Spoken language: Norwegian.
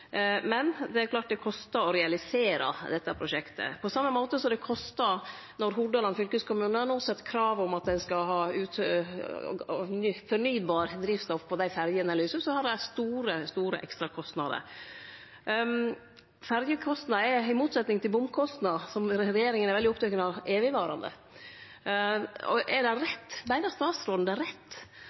men det er klart at det kostar å realisere dette prosjektet. På same måte som det kostar når Hordaland fylkeskommune no set krav om at ein skal ha fornybart drivstoff på dei ferjerutene ein lyser ut, har dei store, store ekstrakostnader. Ferjekostnader er – i motsetnad til bomkostnader, som regjeringa er veldig oppteken av – evigvarande. Meiner statsråden det er rett